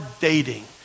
dating